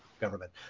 government